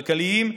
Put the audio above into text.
כלכליים,